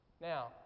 Now